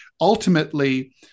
ultimately